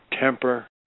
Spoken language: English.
temper